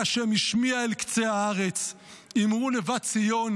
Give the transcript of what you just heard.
"הנה ה' השמיע אל קצה הארץ אמרו לבת ציון